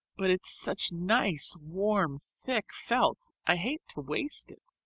but it's such nice, warm, thick felt, i hate to waste it.